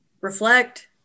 reflect